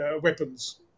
weapons